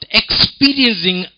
experiencing